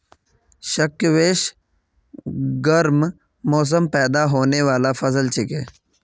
squash गर्म मौसमत पैदा होने बाला फसल छिके